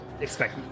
expect